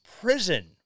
prison